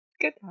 good